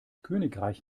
königreich